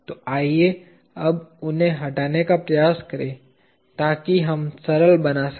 तो आइए अब उन्हें हटाने का प्रयास करें ताकि हम सरल बना सकें